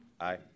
Aye